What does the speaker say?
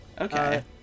Okay